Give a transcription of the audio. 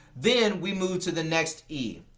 then we move to the next e,